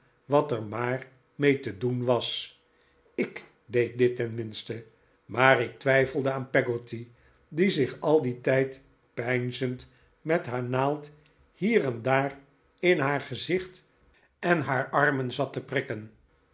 wat er maar mee te doen was ik deed dit tenminste maar ik twijfelde aan peggotty die zich al dien tijd peinzend met haar naald hier en daar in haar gezicht en haar armen zat te prikken